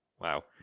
wow